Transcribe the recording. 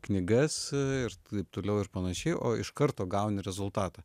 knygas ir taip toliau ir panašiai o iš karto gauni rezultatą